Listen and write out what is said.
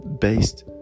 based